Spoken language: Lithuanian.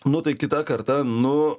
nu tai kitą kartą nu